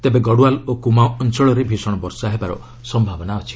ତେବେ ଗଡ଼ୱାଲ୍ ଓ କୁମାଓଁ ଅଞ୍ଚଳରେ ଭୀଷଣ ବର୍ଷା ହେବାର ସମ୍ଭାବନା ଅଛି